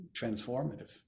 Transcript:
transformative